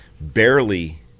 barely